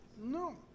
No